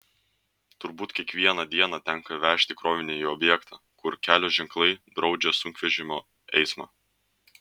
turbūt kiekvieną dieną tenka vežti krovinį į objektą kur kelio ženklai draudžia sunkvežimio eismą